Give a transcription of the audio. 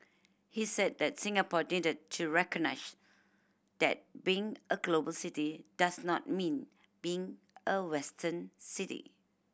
he said that Singapore needed to recognise that being a global city does not mean being a Western city